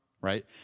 right